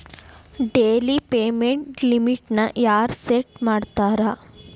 daily payment ಲಿಮಿಟ್ನ ಯಾರ್ set ಮಾಡ್ತಾರಾ